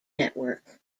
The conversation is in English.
network